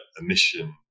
emission